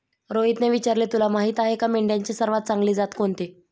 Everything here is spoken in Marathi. रोहितने विचारले, तुला माहीत आहे का मेंढ्यांची सर्वात चांगली जात कोणती?